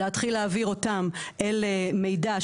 ולהתחיל להעביר אותם אל מידע,